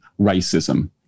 racism